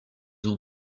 ont